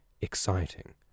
exciting